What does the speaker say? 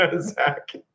Zach